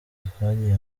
twagiye